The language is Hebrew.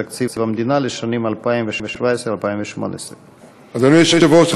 תקציב המדינה לשנים 2017 2018. אדוני היושב-ראש,